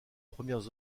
premières